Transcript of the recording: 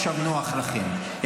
עכשיו נוח לכם,